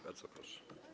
Bardzo proszę.